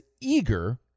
eager